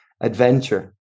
adventure